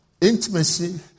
intimacy